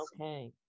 Okay